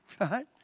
right